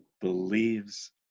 believes